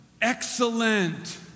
excellent